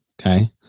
okay